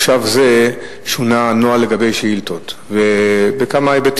סח'נין, 27,000 נפשות, ושטח השיפוט